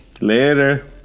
Later